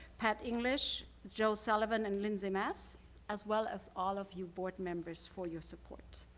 pat english, joe sullivan, and lyndsay maas as well as all of you board members for your support.